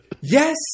Yes